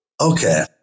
Okay